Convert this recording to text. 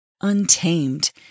untamed